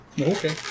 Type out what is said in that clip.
Okay